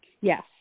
Yes